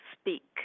Speak